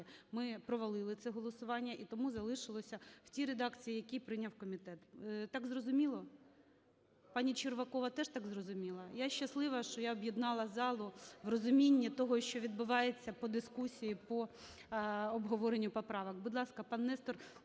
ми провалили це голосування, і тому залишилося в тій редакції, в якій прийняв комітет. Так зрозуміло? Пані Червакова теж так зрозуміла? Я щаслива, що я об'єднала залу в розумінні того, що відбувається по дискусії по обговоренню поправок. Будь ласка, пан Нестор